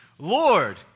Lord